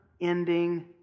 ending